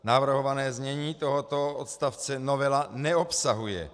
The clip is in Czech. Navrhované znění tohoto odstavce novela neobsahuje.